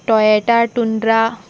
Toyota tundra